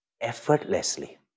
effortlessly